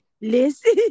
Listen